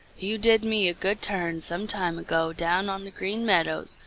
you did me a good turn some time ago down on the green meadows,